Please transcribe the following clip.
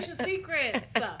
secrets